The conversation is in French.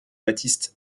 baptiste